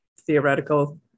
theoretical